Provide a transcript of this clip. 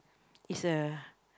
is a